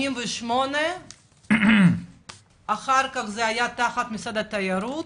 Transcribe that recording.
מ-88 אחר כך תחת משרד התיירות